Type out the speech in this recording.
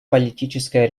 политическая